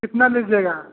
कितना लीजिएगा